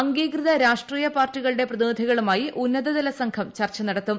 അംഗീകൃത രാഷ്ട്രീയ പാർട്ടികളുടെ പ്രിതീനീധികളുമായി ഉന്നതതല സംഘം ചർച്ച നടത്തും